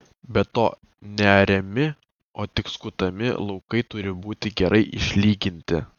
be to neariami o tik skutami laukai turi būti gerai išlyginti